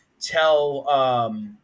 tell